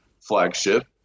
flagship